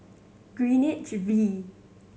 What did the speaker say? Greenwich V